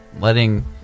letting